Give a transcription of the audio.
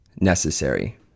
necessary